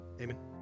Amen